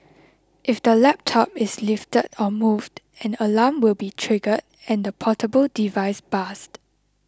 if the laptop is lifted or moved an alarm will be triggered and the portable device buzzed